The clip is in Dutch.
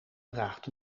draagt